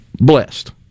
blessed